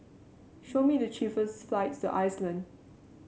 show me the cheapest flights to Iceland